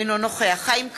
אינו נוכח חיים כץ,